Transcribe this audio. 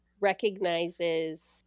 recognizes